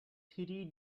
three